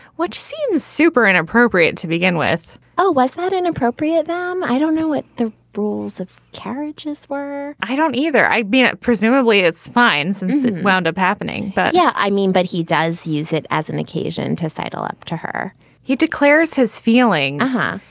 which seems super inappropriate to begin with oh, was that inappropriate them? i don't know what the rules of carriages were i don't either. i mean, ah presumably it's fines and wound up happening but yeah, i mean, but he does use it as an occasion to sidle up to her he declares his feelings. huh?